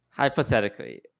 Hypothetically